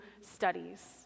studies